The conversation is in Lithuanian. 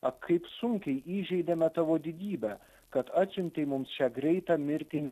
ak kaip sunkiai įžeidėme tavo didybę kad atsiuntei mums šią greitą mirtį